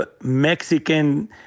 Mexican